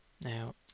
now